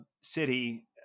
City